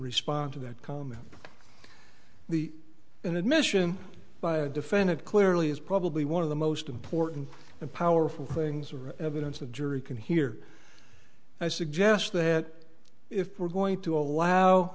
respond to that comment the an admission by a defendant clearly is probably one of the most important and powerful things or evidence a jury can hear i suggest that if we're going to allow